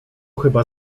chyba